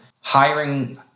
hiring